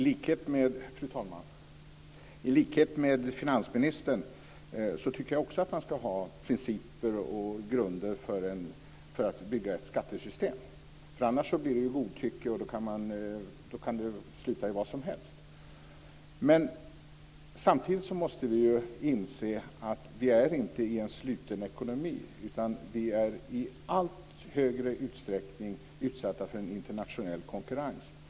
Fru talman! I likhet med finansministern tycker jag att man skall ha principer och grunder för att bygga ett skattesystem, för annars blir det godtycke och då kan det sluta i vad som helst. Men samtidigt måste vi inse att vi inte är i en sluten ekonomi, utan vi är i allt större utsträckning utsatta för en internationell konkurrens.